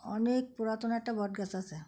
অনেক পুরনো একটা বটগাছ আছে